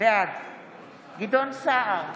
בעד גדעון סער,